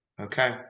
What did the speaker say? Okay